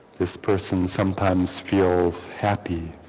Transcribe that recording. this person sometimes feels happy